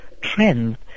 trends